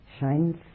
shines